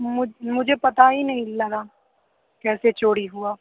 मुझ मुझे पता ही नहीं लगा कैसे चोड़ी हुआ